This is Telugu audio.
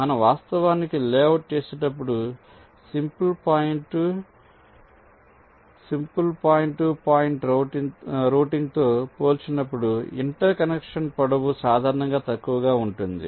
మనం వాస్తవానికి లేఅవుట్ చేసేటప్పుడు సింపుల్ పాయింట్ టు పాయింట్ రౌటింగ్తో పోల్చినప్పుడు ఇంటర్ కనెక్షన్ పొడవు సాధారణంగా తక్కువగా ఉంటుంది